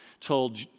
told